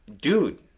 dude